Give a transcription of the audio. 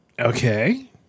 Okay